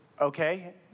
okay